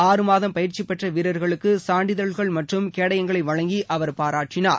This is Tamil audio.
ஆறு மாதம் பயிற்சி பெற்ற வீரர்களுக்கு சான்றிதழ்கள் மற்றம் கேடயங்களை வழங்கி அவர் பாராட்டினார்